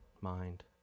mind